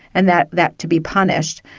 and that that to be punished,